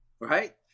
Right